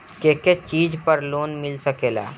के के चीज पर लोन मिल सकेला?